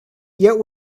yet